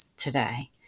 Today